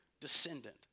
descendant